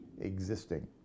existing